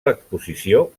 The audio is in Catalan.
l’exposició